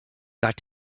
got